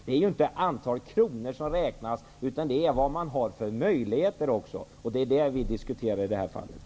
Det är ju inte antal kronor som räknas, utan det är också vad man har för möjligheter. Det är detta som vi diskuterar nu.